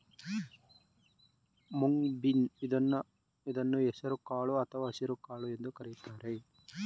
moong bean ಇದನ್ನು ಹೆಸರು ಕಾಳು ಅಥವಾ ಹಸಿರುಕಾಳು ಎಂದು ಕರಿತಾರೆ